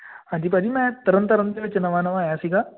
ਹਾਂਜੀ ਭਾਅ ਜੀ ਮੈਂ ਤਰਨਤਾਰਨ ਦੇ ਵਿੱਚ ਨਵਾਂ ਨਵਾਂ ਆਇਆ ਸੀਗਾ